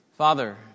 Father